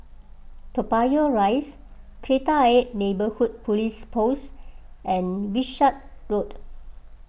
Toa Payoh Rise Kreta Ayer Neighbourhood Police Post and Wishart Road